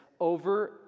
over